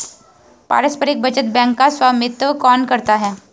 पारस्परिक बचत बैंक का स्वामित्व कौन करता है?